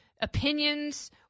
opinions